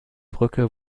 brücke